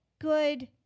good